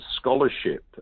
scholarship